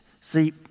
See